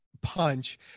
punch